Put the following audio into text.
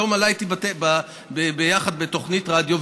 שהיום עלה איתי ביחד בתוכנית רדיו,